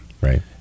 Right